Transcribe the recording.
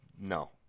no